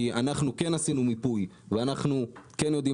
כי אנחנו כן עשינו מיפוי ואנחנו כן יודעים